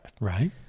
Right